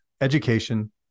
education